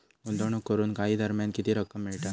गुंतवणूक करून काही दरम्यान किती रक्कम मिळता?